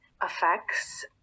affects